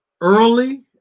early